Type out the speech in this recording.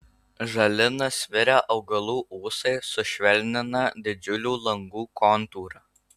žali nusvirę augalų ūsai sušvelnina didžiulių langų kontūrą